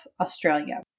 Australia